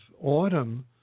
autumn